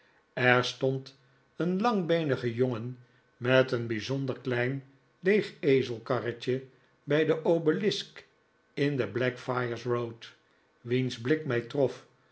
er stond een langbeenige jongen met een bijzonder klein leeg ezelkarretje bij den obelisk in de blackfriars road wiens blik mij trof